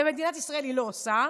למדינת ישראל היא לא עושה,